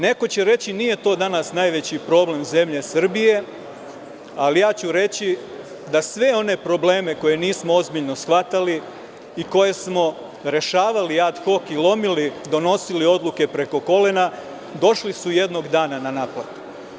Neko će reći – nije to danas najveći problem zemlje Srbije, ali ja ću reći da su svi oni problemi koje nismo ozbiljno shvatali i koje smo rešavali ad hok i lomili, donosili odluke preko kolena, došli jednog dana na naplatu.